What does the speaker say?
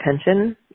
attention